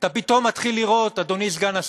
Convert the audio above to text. אתה פתאום מתחיל לראות בעיתונים,